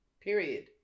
period